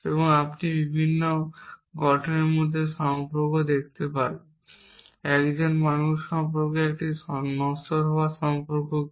এবং আপনি বিভিন্ন গঠনের মধ্যে সম্পর্ক দেখতে পারেন একজন মানুষ হওয়া এবং একজন নশ্বর হওয়ার মধ্যে সম্পর্ক কী